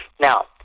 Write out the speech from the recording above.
Now